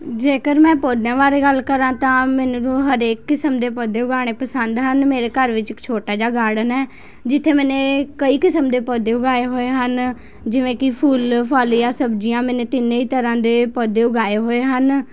ਜੇਕਰ ਮੈਂ ਪੌਦਿਆਂ ਬਾਰੇ ਗੱਲ ਕਰਾਂ ਤਾਂ ਮੈਨੂੰ ਹਰੇਕ ਕਿਸਮ ਦੇ ਪੌਦੇ ਉਗਾਉਣੇ ਪਸੰਦ ਹਨ ਮੇਰੇ ਘਰ ਵਿੱਚ ਇੱਕ ਛੋਟਾ ਜਿਹਾ ਗਾਰਡਨ ਹੈ ਜਿੱਥੇ ਮੇਨੇ ਕਈ ਕਿਸਮ ਦੇ ਪੌਦੇ ਉਗਾਏ ਹੋਏ ਹਨ ਜਿਵੇਂ ਕਿ ਫੁੱਲ ਫਲ ਜਾਂ ਸਬਜ਼ੀਆਂ ਮੈਨੇ ਤਿੰਨੇ ਤਰ੍ਹਾਂ ਦੇ ਪੌਦੇ ਉਗਾਏ ਹੋਏ ਹਨ